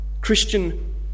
Christian